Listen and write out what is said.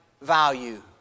value